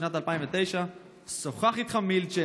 בשנת 2009 שוחח איתך מילצ'ן,